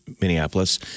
Minneapolis